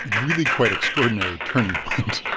like really quite extraordinary turning point.